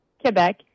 Quebec